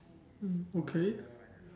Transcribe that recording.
mm okay